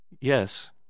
Yes